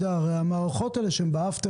הרי המערכות האלה שהן ב-after market,